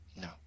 No